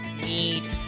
need